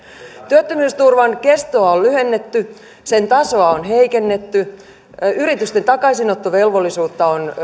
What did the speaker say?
työttömyysturvan kestoa on lyhennetty sen tasoa on heikennetty yritysten takaisinottovelvollisuutta on